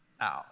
out